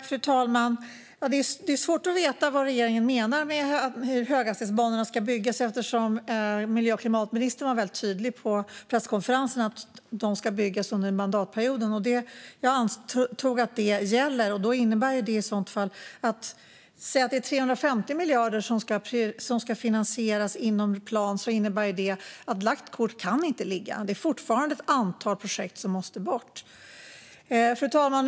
Fru talman! Det är svårt att veta vad regeringen menar med att höghastighetsbanorna ska byggas. Miljö och klimatministern var väldigt tydlig på presskonferensen med att de ska byggas under mandatperioden. Jag antog att det gäller. Då innebär det i sådant fall att det är 350 miljarder som ska finansieras inom plan. Det innebär att lagt kort inte kan ligga. Det är fortfarande ett antal projekt som måste bort. Fru talman!